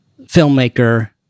filmmaker